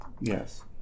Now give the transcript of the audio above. Yes